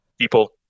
people